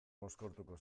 mozkortuko